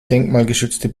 denkmalgeschützte